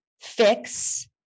fix